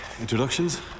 Introductions